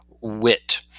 wit